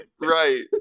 right